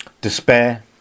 despair